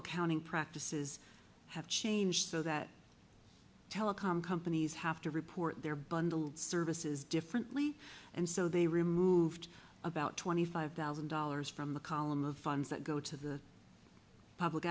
accounting practices have changed so that telecom companies have to report their bundled services differently and so they removed about twenty five thousand dollars from the column of funds that go to the public